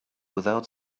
without